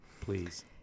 Please